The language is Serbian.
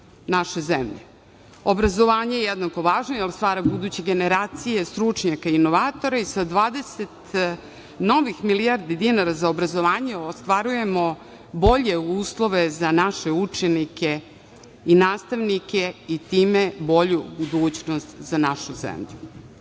naše zemlje. Obrazovanje je jednako važno jer stvara buduće generacije stručnjaka i inovatora i sa 20 novih milijardi dinara za obrazovanje ostvarujemo bolje uslove za naše učenike i nastavnike i time bolju budućnost za našu zemlju. Možda